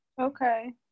Okay